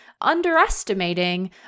underestimating